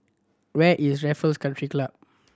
where is Raffles Country Club